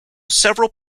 several